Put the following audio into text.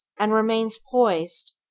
and remains poised,